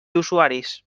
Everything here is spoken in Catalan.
usuaris